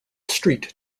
street